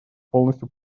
полностью